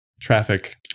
traffic